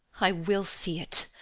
i will se it!